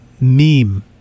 meme